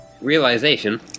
Realization